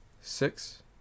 Six